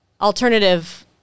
alternative